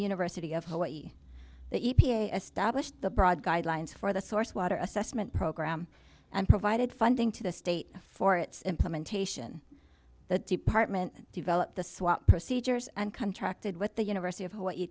university of hawaii the e p a established broad guidelines for the source water assessment program and provided funding to the state for its implementation the department developed the swap procedures and contracted with the university of hawaii